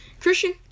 Christian